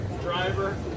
driver